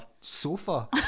sofa